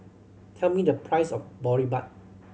tell me the price of Boribap